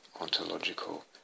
ontological